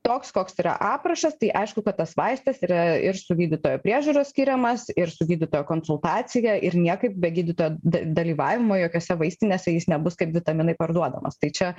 toks koks yra aprašas tai aišku kad tas vaistas yra ir su gydytojo priežiūra skiriamas ir su gydytojo konsultacija ir niekaip be gydytojo da dalyvavimo jokiose vaistinėse jis nebus kaip vitaminai parduodamas tai čia